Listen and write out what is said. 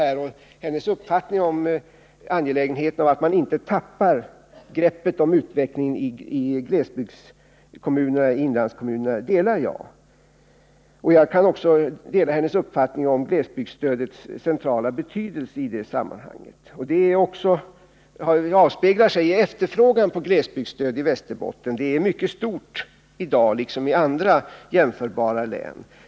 Jag delar hennes uppfattning om angelägenheten av att vi inte tappar greppet om utvecklingen i inlandskommunerna. Jag kan också dela hennes uppfattning om glesbygdsstödets centrala betydelse i detta sammanhang. Det avspeglar sig också i efterfrågan på glesbygdsstöd i Västerbotten — det är nämligen i dag mycket stort, liksom i andra jämförbara län.